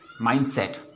mindset